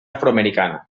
afroamericana